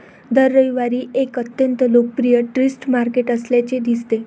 दर रविवारी एक अत्यंत लोकप्रिय स्ट्रीट मार्केट असल्याचे दिसते